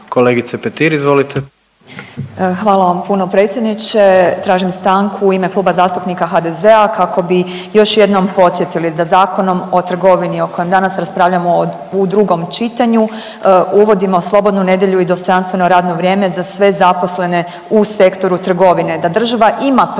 Marijana (Nezavisni)** Hvala vam puno predsjedniče. Tražim stanku u ime Kluba zastupnika HDZ-a kako bi još jednom podsjetili da Zakonom o trgovini o kojem danas raspravljamo u drugom čitanju uvodimo slobodnu nedjelju i dostojanstveno radno vrijeme za sve zaposlene u Sektoru trgovine,